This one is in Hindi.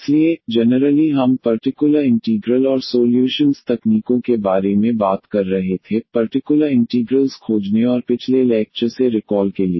इसलिए जनरली हम पर्टिकुलर इंटीग्रल और सोल्यूशंस तकनीकों के बारे में बात कर रहे थे पर्टिकुलर इंटीग्रल्स खोजने और पिछले लैक्चर से रिकॉल के लिए